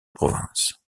province